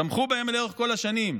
תמכו בהם לאורך כל השנים.